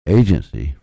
agency